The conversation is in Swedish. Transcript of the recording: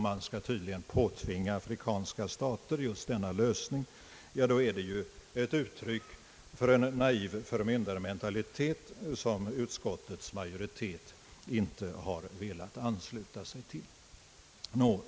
Man vill tydligen påtvinga afrikanska stater just denna lösning. Detta är ett uttryck för en naiv förmyndarmentalitet, som utskottets majoritet inte velat ansluta sig till.